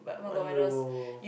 !aiyo!